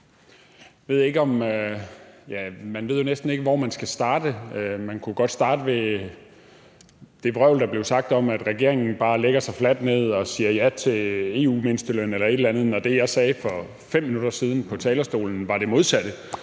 Man ved næsten ikke, hvor man skal starte. Man kunne godt starte med det vrøvl, der blev sagt om, at regeringen bare lægger sig fladt ned og siger ja til en EU-mindsteløn eller et eller andet. For det, jeg sagde for 5 minutter siden fra talerstolen, var det modsatte.